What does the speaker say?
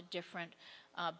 to different